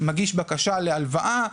מגיש בקשה להלוואה,